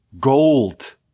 gold